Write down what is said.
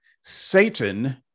Satan